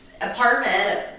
apartment